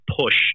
push